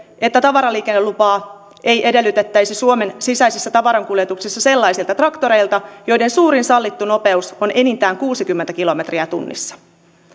että tavaraliikennelupaa ei edellytettäisi suomen sisäisessä tavarankuljetuksessa sellaisilta traktoreilta joiden suurin sallittu nopeus on enintään kuusikymmentä kilometriä tunnissa